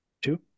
Two